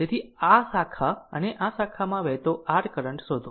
તેથી આ શાખા અને આ શાખામાં વહેતો r કરંટ શોધો